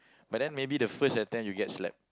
but then maybe the first attempt you get slapped